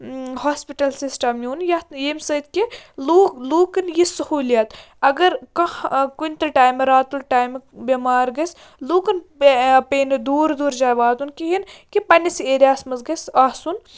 hospital system یُن یَتھ ییٚمہِ سۭتۍ کہِ لوٗکھ لوٗکَن یہِ سہوٗلیت اگر کانٛہہ کُنہِ تہِ ٹایمہٕ راتُک ٹایمہ بیٚمار گَژھِ لوٗکَن پےٚ پیٚیہِ نہٕ دوٗر دوٗر جایہِ واتُن کِہیٖنۍ کہِ پنٛنِس ایریاہَس منٛز گَژھِ آسُن